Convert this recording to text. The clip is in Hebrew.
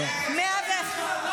לפני כמה